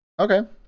Okay